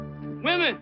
Women